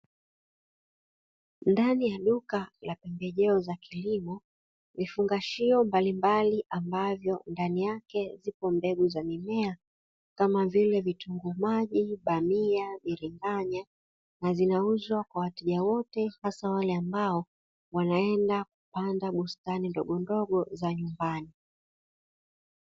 Ndani ya duka la pembejeo za kilimo; vifungashio mbalimbali ambavyo ndani yake zipo mbegu za mimea kama vile: vitunguu maji, bamia, biringanya na zinauzwa kwa wateja wote hasa wale ambao wanaenda kupanda bustani ndogo ndogo za nyumbani.